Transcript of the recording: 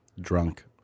Drunk